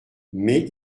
mais